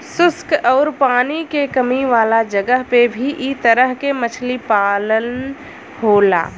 शुष्क आउर पानी के कमी वाला जगह पे भी इ तरह से मछली पालन होला